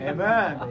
Amen